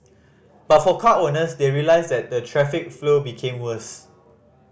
but for car owners they realised that the traffic flow became worse